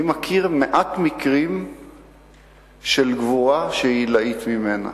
אני מכיר מעט מקרים של גבורה שהיא עילאית ממנה,